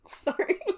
sorry